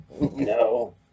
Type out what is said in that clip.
No